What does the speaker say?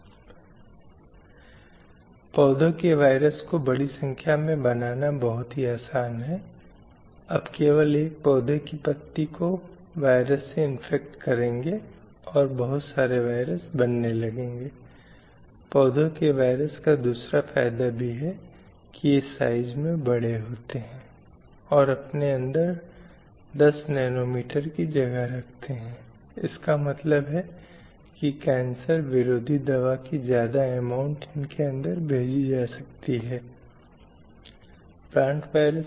अब यह एक हालिया प्रयास है जो कि है लेकिन उसके बावजूद कई स्थितियों में कोई यह पाया जाता है कि मीडिया समाज में पुरुषों और महिलाओं की पारंपरिक भूमिकाओं पर जाने अनजाने में जोर देता है और इस तरह लैंगिक समाजीकरण का मुद्दा आगे बढ़ता है इसलिए ये कुछ एजेंट हैं जो कि हैं उसके अलावा धर्म भी इस अर्थ में एजेंटों में से एक माना जाता है कि यह इस बात का प्रचार कर रहा है धार्मिक अपेक्षाएँ और मानदंड कहीं आगे इस अवधारणा को सामने लाते हैं कि एक महिला क्या कर सकती है और एक पुरुष क्या कर सकता है